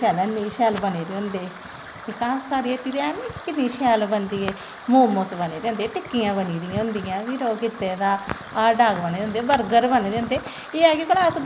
उब्बन दा बी कोई स्हेई इलाज़ नी ऐ भाई गौरमैंट नकला दवा भेजा दी ऐ गौरमैंट दा कोई कंट्रोल नी माहीर जेह्ड़े ऐग्रीकलचर दे नै इयां नेंई दै बराबर नै उंदै कोल कोई दवाई नेंई